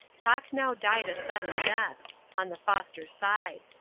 talk now died a sudden death on the foster side.